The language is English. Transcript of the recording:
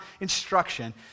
instruction